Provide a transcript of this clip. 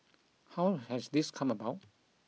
how has this come about